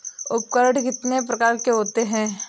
उपकरण कितने प्रकार के होते हैं?